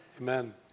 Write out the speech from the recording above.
Amen